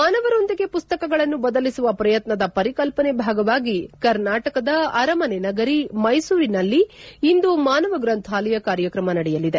ಮಾನವರೊಂದಿಗೆ ಪುಸ್ತಕಗಳನ್ನು ಬದಲಿಸುವ ಪ್ರಯತ್ನದ ಪರಿಕಲ್ಪನೆ ಭಾಗವಾಗಿ ಕರ್ನಾಟಕದ ಅರಮನೆ ನಗರಿ ಮ್ನೆಸೂರಿನಲ್ಲಿ ಇಂದು ಮಾನವ ಗ್ರಂಥಾಲಯ ಕಾರ್ಯಕ್ರಮ ನಡೆಯಲಿದೆ